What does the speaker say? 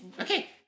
okay